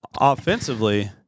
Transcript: Offensively